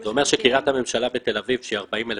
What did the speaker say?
זה אומר שקריית הממשלה בתל אביב שהיא 40,000